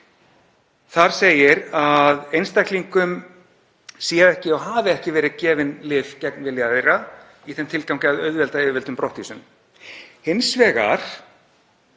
Þar segir að einstaklingum sé ekki og hafi ekki verið gefin lyf gegn vilja þeirra í þeim tilgangi að auðvelda yfirvöldum brottvísun. Hins vegar